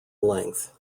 length